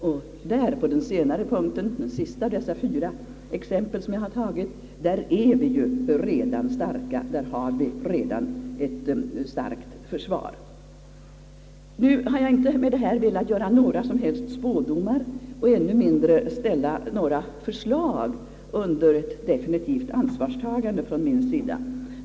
Och inte minst när det gäller det sista av dessa fyra exempel som jag här redovisat är vi ju redan starka och har redan ett starkt försvar. Nu har jag med detta inte velat göra några som helst spådomar och ännu mindre ställa några förslag under definitivt ansvarstagande från min sida.